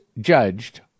judged